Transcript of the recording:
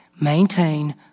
Maintain